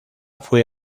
fue